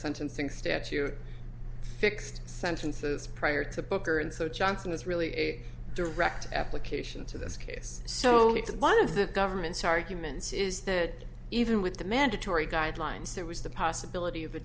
sentencing statue fixed sentences prior to booker and so johnson is really a direct application to this case so it's one of the government's arguments is that even with the mandatory guidelines there was the possibility of a